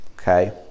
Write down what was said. Okay